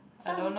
so